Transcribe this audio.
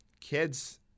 kids